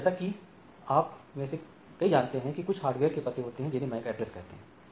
अतः जैसा कि आप में से कई जानते हैं कि कुछ हार्डवेयर के पते होतें हैं जिन्हें MAC Address कहते हैं